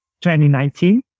2019